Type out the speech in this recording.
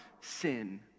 sin